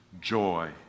joy